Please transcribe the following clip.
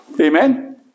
Amen